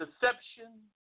deception